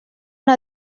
una